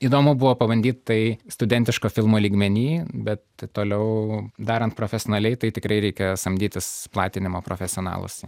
įdomu buvo pabandyt tai studentiško filmo lygmeny bet toliau darant profesionaliai tai tikrai reikia samdytis platinimo profesionalus